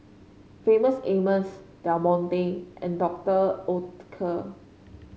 Famous Amos Del Monte and Doctor Oetker